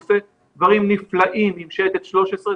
עושה דברים נפלאים עם שייטת 13,